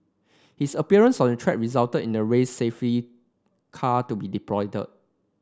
his appearance on the track resulted in the race safety car to be deployed